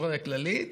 היסטוריה כללית,